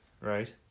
right